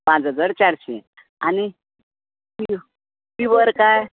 पांच हजार चारशी पिवर